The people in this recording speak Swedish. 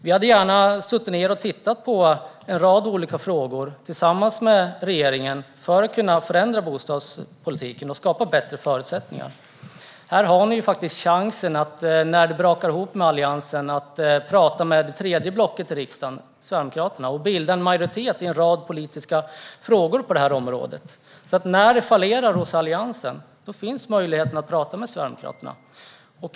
Vi hade gärna suttit ned tillsammans med regeringen och tittat på en rad olika frågor för att kunna förändra bostadspolitiken och skapa bättre förutsättningar. Ni har nu en chans att när samtalet med Alliansen brakar ihop tala med riksdagens tredje block, Sverigedemokraterna, och bilda majoritet i en rad politiska frågor på detta område. När samtalen med Alliansen fallerar finns chansen att tala med Sverigedemokraterna.